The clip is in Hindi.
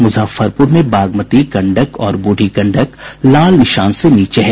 मुजफ्फरपुर में बागमती गंडक और ब्रुढ़ी गंडक लाल निशान से नीचे है